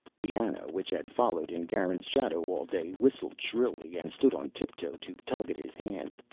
the ana, which had followed in garin's shadow all day, whistled shrilly and stood on tiptoe to tug at his hand.